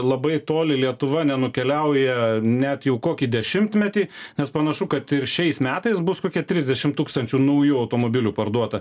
labai toli lietuva nenukeliauja net jau kokį dešimtmetį nes panašu kad ir šiais metais bus kokia triedešim tūkstančių naujų automobilių parduota